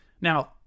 Now